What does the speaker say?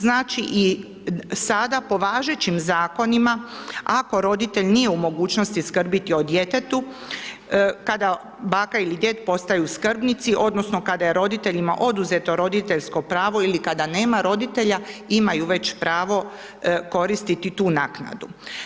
Znači i sada po važećim zakonima ako roditelj nije u mogućnosti skrbiti o djetetu kada baka ili djed postaju skrbnici, odnosno kada je roditeljima oduzeto roditeljsko pravo ili kada nema roditelja imaju već pravo koristiti tu naknadu.